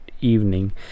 evening